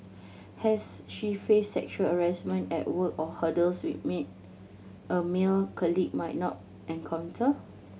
has she faced sexual harassment at work or hurdles which a meant a male colleague might not encounter